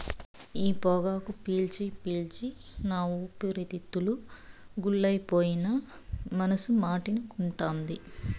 ఈ పొగాకు పీల్చి పీల్చి నా ఊపిరితిత్తులు గుల్లైపోయినా మనసు మాటినకుంటాంది